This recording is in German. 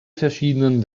verschiedenen